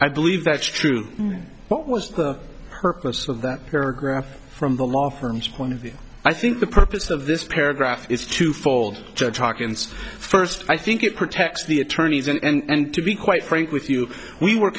i believe that's true what was the purpose of that paragraph from the law firm's point of view i think the purpose of this paragraph is twofold to talk and first i think it protects the attorneys and to be quite frank with you we were